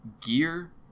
gear